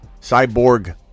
cyborg